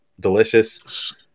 Delicious